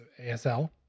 ASL